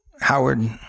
Howard